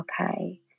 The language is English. okay